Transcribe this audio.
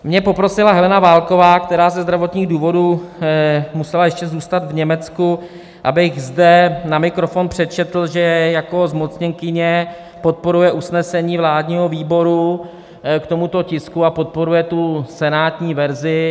Mě poprosila Helena Válková, která ze zdravotních důvodů musela ještě zůstat v Německu, abych zde na mikrofon přečetl, že jako zmocněnkyně podporuje usnesení vládního výboru k tomuto tisku a podporuje senátní verzi.